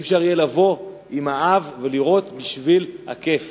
אי-אפשר יהיה לבוא עם האב ולירות בשביל הכיף